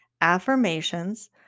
Affirmations